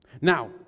Now